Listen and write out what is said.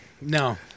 No